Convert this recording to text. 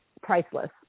priceless